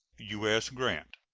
u s. grant.